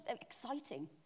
exciting